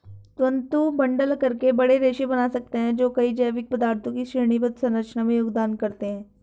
तंतु बंडल करके बड़े रेशे बना सकते हैं जो कई जैविक पदार्थों की श्रेणीबद्ध संरचना में योगदान करते हैं